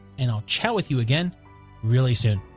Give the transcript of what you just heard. and i'll chat with you again really soon!